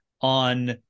on